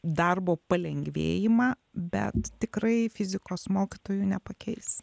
darbo palengvėjimą bet tikrai fizikos mokytojų nepakeis